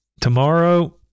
tomorrow